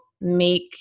make